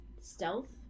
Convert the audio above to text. Stealth